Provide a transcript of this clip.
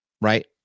right